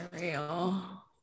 real